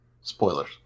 Spoilers